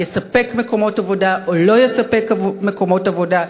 יספק מקומות עבודה או לא יספק מקומות עבודה.